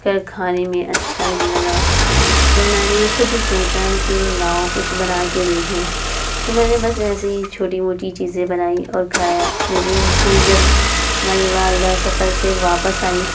کر کھانے میں اچھا نہیں لگا تو میں نے خود سوچا کہ لاؤ کچھ بنا کے دیکھیں تو میں نے بس ایسے ہی چھوٹی موٹی چیزیں بنائی اور کھایا لیکن پھر جب ہماری والدہ سفر سے واپس آئیں